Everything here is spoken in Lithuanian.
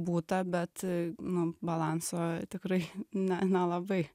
būta bet nu balanso tikrai ne nelabai